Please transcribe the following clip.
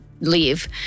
leave